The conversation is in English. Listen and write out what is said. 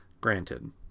granted